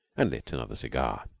and lit another cigar.